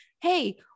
hey